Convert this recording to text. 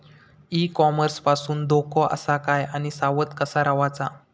E commerce पासून धोको आसा काय आणि सावध कसा रवाचा?